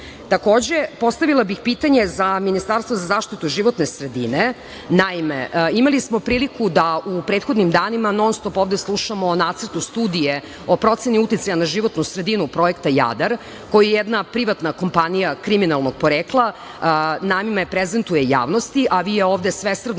Ustav? Takođe, postavila bih pitanje Ministarstvu za zaštitu životne sredine. Naime, imali smo priliku da u prethodnim danima non-stop ovde slušamo o Nacrtu studije o proceni uticaja na životnu sredinu Projekta „Jadar“, koji jedna privatna kompanija kriminalnog porekla prezentuje javnosti, a vi je ovde svesrdno